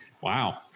wow